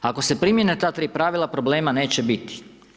Ako se primjene ta tri pravila, problema neće biti.